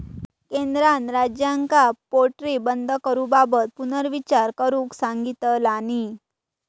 केंद्रान राज्यांका पोल्ट्री बंद करूबाबत पुनर्विचार करुक सांगितलानी